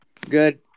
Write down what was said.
Good